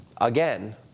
again